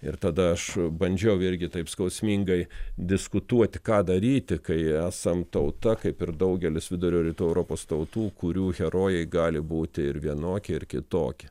ir tada aš bandžiau irgi taip skausmingai diskutuoti ką daryti kai esam tauta kaip ir daugelis vidurio ir rytų europos tautų kurių herojai gali būti ir vienokie ir kitokie